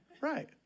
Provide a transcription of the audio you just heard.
Right